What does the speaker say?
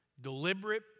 deliberate